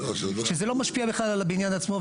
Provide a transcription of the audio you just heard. שזה לא משפיע בכלל על הבניין עצמו.